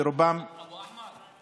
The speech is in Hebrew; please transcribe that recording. אבו אחמד,